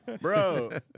bro